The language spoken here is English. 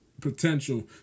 potential